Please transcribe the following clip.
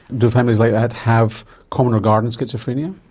do families like that have common or garden schizophrenia?